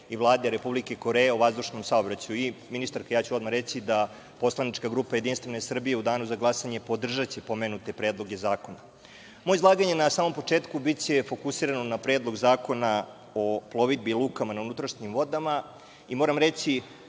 i Vlade Republike Koreje o vazdušnom saobraćaju. Ministarka, ja ću odmah reći da poslanička grupa JS u danu za glasanje podržaće pomenute predloge zakona. Moje izlaganje na samom početku biće fokusirano na Predlog zakona o plovidbi lukama na unutrašnjim vodama i moram reći,